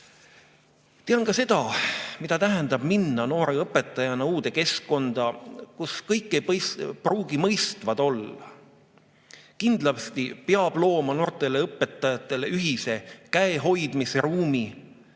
ka seda, mida tähendab minna noore õpetajana uude keskkonda, kus kõik ei pruugi olla mõistvad. Kindlasti peab looma noortele õpetajatele ühise käehoidmise ruumi.